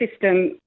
system